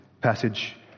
passage